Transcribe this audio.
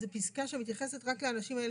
אז זו פסקה שמתייחסת רק לאנשים האלה